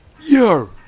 Yo